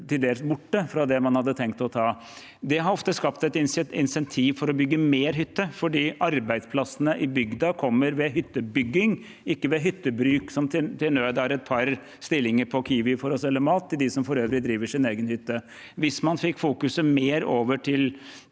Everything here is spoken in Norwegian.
til dels borte fra det man hadde tenkt å ta av. Det har ofte skapt et insentiv for å bygge mer hytte, for arbeidsplassene i bygda kommer ved hyttebygging, ikke ved hyttebruk, som til nød er et par stillinger på Kiwi for å selge mat til dem som for øvrig driver sin egen hytte. Hvis man fokuserte mer på